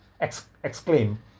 exclaim